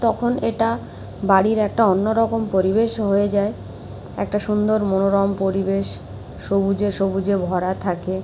তখন এটা বাড়ির একটা অন্য রকম পরিবেশ হয়ে যায় একটা সুন্দর মনোরম পরিবেশ সবুজে সবুজে ভরা থাকে